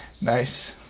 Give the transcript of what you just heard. nice